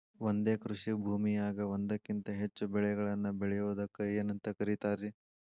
ಒಂದೇ ಕೃಷಿ ಭೂಮಿಯಾಗ ಒಂದಕ್ಕಿಂತ ಹೆಚ್ಚು ಬೆಳೆಗಳನ್ನ ಬೆಳೆಯುವುದಕ್ಕ ಏನಂತ ಕರಿತಾರಿ?